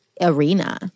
arena